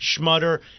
Schmutter